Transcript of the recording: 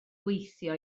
gweithio